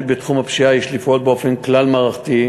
בתחום הפשיעה יש לפעול באופן כלל-מערכתי,